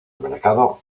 mercado